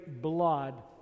blood